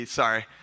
sorry